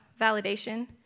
validation